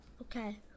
Okay